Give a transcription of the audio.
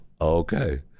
okay